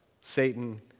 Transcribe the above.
Satan